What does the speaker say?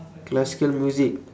classical music